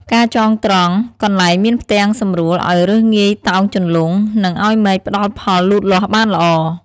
ការចងត្រង់ កន្លែងមានផ្ទាំងសំរួលឱ្យឫសងាយតោងជន្លង់ និង ឱ្យមែកផ្ដល់ផលលូតលាស់បានល្អ។